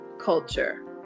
culture